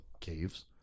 caves